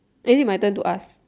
is it my turn to ask